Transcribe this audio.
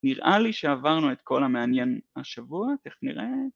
נראה לי שעברנו את כל המעניין השבוע, איך נראה?